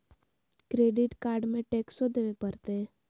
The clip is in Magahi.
क्रेडिट कार्ड में टेक्सो देवे परते?